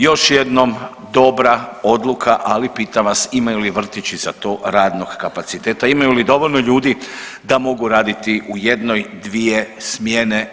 Još jednom dobra odluka ali pitam vas imaju li vrtići za to radnog kapaciteta, imaju li dovoljno ljudi da mogu raditi u jednoj, dvije smjene.